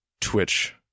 twitch